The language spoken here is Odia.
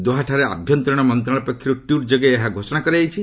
ଦୋହାଠାରେ ଆଭ୍ୟନ୍ତରୀଣ ମନ୍ତ୍ରଣାଳୟ ପକ୍ଷରୁ ଟ୍ୱିଟ୍ ଯୋଗେ ଏହା ଘୋଷଣା କରାଯାଇଛି